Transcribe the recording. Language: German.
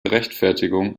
rechtfertigung